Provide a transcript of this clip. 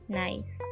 nice